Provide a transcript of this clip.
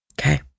Okay